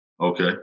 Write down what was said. Okay